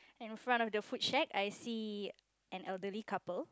and in front of the food shack I see an elderly couple